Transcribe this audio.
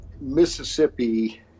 Mississippi